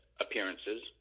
appearances